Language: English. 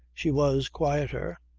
she was quieter.